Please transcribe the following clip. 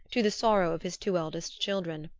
to the sorrow of his two eldest children.